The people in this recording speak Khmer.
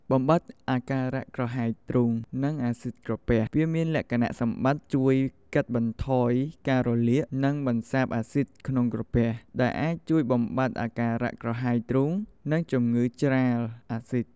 បំបាត់អាការៈក្រហាយទ្រូង និងអាស៊ីតក្រពះ វាមានលក្ខណៈសម្បត្តិជួយកាត់បន្ថយការរលាក និងបន្សាបអាស៊ីតក្នុងក្រពះ ដែលអាចជួយបំបាត់អាការៈក្រហាយទ្រូង និងជំងឺច្រាលអាស៊ីត ។